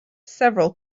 several